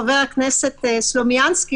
חבר הכנסת סלומינסקי,